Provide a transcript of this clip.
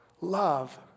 love